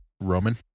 Roman